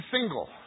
single